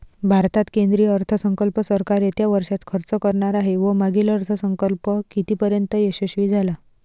भारतात केंद्रीय अर्थसंकल्प सरकार येत्या वर्षात खर्च करणार आहे व मागील अर्थसंकल्प कितीपर्तयंत यशस्वी झाला